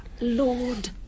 Lord